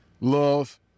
love